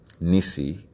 Nisi